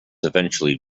eventually